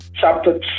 chapter